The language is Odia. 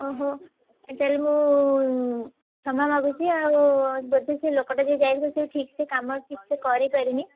ଓହୋ ତାହାଲେ ମୁଁ କ୍ଷମା ମାଗୁଛି ଆଉ ଯଦି ସେ ଲୋକଟା ଯୋଉ ଯାଇଥିଲା ଠିକ୍ସେ କାମ ଠିକ୍ସେ କରିପାରିନି